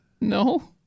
no